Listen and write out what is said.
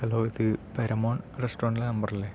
hello ഇത് പേരമോൻ റസ്റ്റോറന്റിലെ നമ്പറല്ലേ